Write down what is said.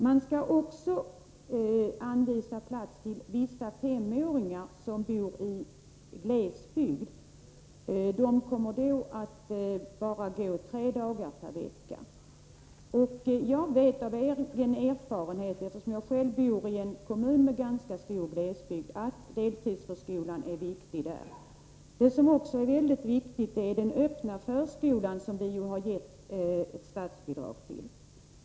Man skall också anvisa plats till vissa femåringar i glesbygd, vilka då kommer att gå bara tre dagar per vecka. Jag vet av egen erfarenhet, eftersom jag själv bor i en kommun med ganska mycket glesbebyggelse, att deltidsförskolan är viktig där. Vad som också är mycket viktigt är den öppna förskolan, som vi har gett ett statsbidrag.